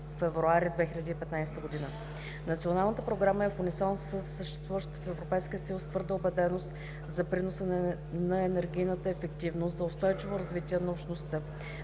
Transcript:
Приетата програма е в унисон със съществуващата в Европейския съюз твърда убеденост за приноса на енергийната ефективност за устойчиво развитие на общността.